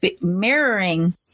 mirroring